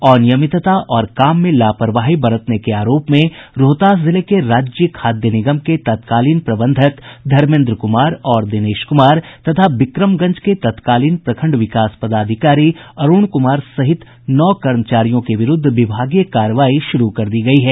अनियमितता और काम में लापरवाही बरतने के आरोप में रोहतास जिले के राज्य खाद्य निगम के तत्कालीन प्रबंधक धर्मेन्द्र कुमार और दिनेश कुमार तथा बिक्रमगंज के तत्कालीन प्रखंड विकास पदाधिकारी अरूण कुमार सहित नौ कर्मचारियों के विरूद्व विभागीय कार्रवाई शुरू कर दी गयी है